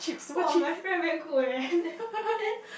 !wah! my friend very good eh then then